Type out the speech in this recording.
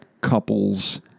couples